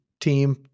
team